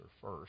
first